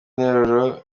interuro